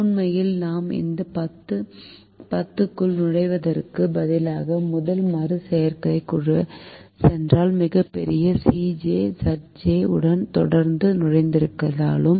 உண்மையில் நாம் இந்த 10 க்குள் நுழைவதற்குப் பதிலாக முதல் மறு செய்கைக்குச் சென்றால் மிகப்பெரிய Cj Zj உடன் தொடர்ந்து நுழைந்திருந்தாலும்